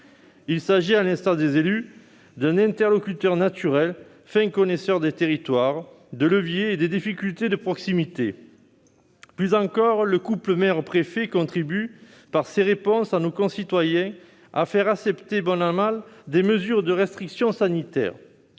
élus, le préfet est un interlocuteur naturel, fin connaisseur des territoires, des leviers et des difficultés de proximité. Plus encore, le couple maire-préfet contribue, par ses réponses à nos concitoyens, à faire accepter, bon an mal an, des mesures de restriction sanitaires.